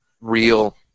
real